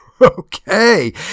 Okay